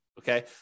okay